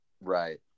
right